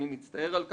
אני מצטער על כך.